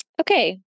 okay